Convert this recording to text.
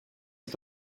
est